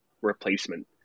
replacement